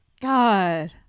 God